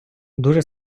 дуже